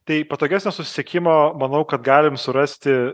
tai patogesnio susisiekimo manau kad galim surasti